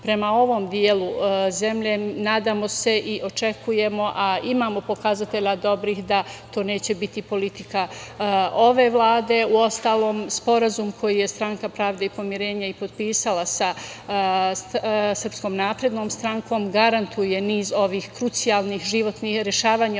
prema ovom delu zemlje, nadamo se i očekujemo, a imamo pokazatelja dobrih da to neće biti politika ove Vlade, uostalom sporazum koji je Stranka pravde i pomirenja i potpisala sa SNS, garantuje niz ovih krucijalnih, rešavanje